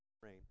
frame